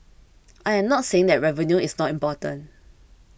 I am not saying that revenue is not important